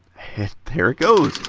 there it goes.